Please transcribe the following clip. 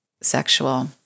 sexual